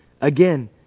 again